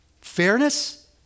Fairness